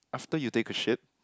after you take a shit